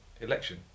election